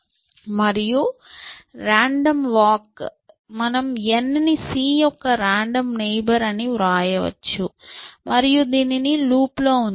మరియు random walk మనం n ని c యొక్క రాండమ్ నైబర్ అని వ్రాయవచ్చు మరియు దీనిని లూప్లో ఉంచాలి